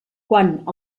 quant